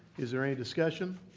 is there any discussion?